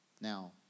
Now